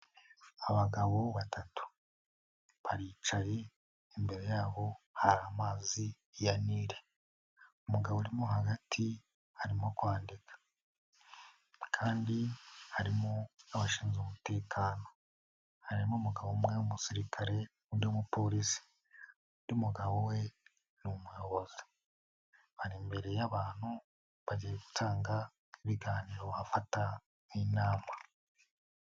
Abagabo batatu, baricaye, imbere yabo hari amazi ya nili, umugabo urimo hagati arimo kwandika, kandi harimo abashinzwe umutekano, harimo umugabo umwe w'umusirikare undi w'umupolisi, undi mugabo we ni umuyobozi, bari imbere y'abantu bari gutanga ibiganiro wafata nk'inama.